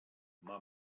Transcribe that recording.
mae